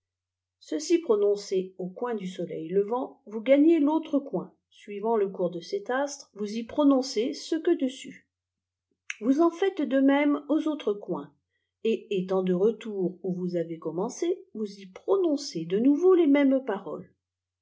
ceci jronbricé au coin du soleil levant vous'gaghez i autre coin suivant le cours dé cet astre vous y prononcez ce que dessus vous en faites de même aux autres coins et étant de retour où vous avez commencé vous j pronoticez de nouveau les mêmes paroles